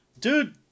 Dude